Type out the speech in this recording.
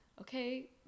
okay